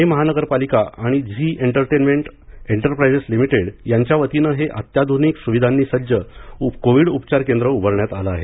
ठाणे महानगरपालिका आणि Zee entertainment enterprises limited यांच्या वतीनं हे अत्याधुनिक सुविधांनी सज्ज कोविड उपचार केंद्र उभारण्यात आलं आहे